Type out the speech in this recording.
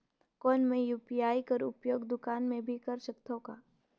कौन मै यू.पी.आई कर उपयोग दुकान मे भी कर सकथव का?